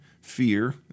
fear